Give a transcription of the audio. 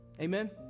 amen